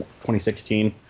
2016